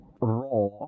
raw